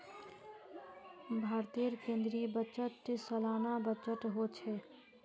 भारतेर केन्द्रीय बजट सालाना बजट होछे